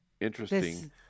interesting